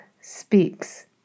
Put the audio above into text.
speaks